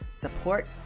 support